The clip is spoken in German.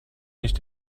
nicht